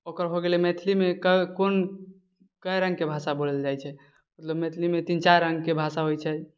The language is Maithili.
ओकर भऽ गेलै मैथिलीमे कोन कै रङ्गके भाषा बोलल जाइ छै मतलब मैथिलीमे तीन चारि रङ्गके भाषा होइ छै